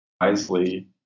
wisely